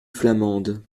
flamande